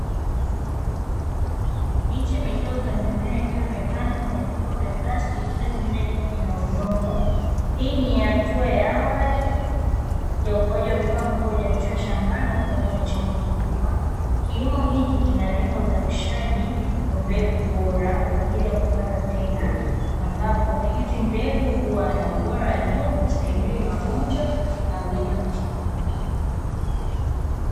Miche midogo ya mimea ikiwa imepandwa kwenye vikopo vya plastiki kila kimoja kikiwa kina udongo, hii ni hatua ya awali ya ukuaji wa mimea kabla haujahamishwa shambani na kupelekwa kwenye chombo kikubwa, kilimo hiki kinalenga uzalishaji wa mbegu bora kwa ajili ya kupandwa tena ambapo hizi mbegu huwa na ubora wa juu, hustahimili magonjwa na huleta mazao mengi.